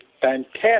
fantastic